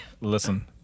Listen